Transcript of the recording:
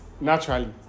naturally